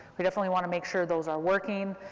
we definitely want to make sure those are working,